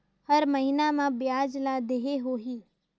हर महीना मा ब्याज ला देहे होही?